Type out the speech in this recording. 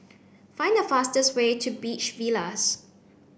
find the fastest way to Beach Villas